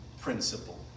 principle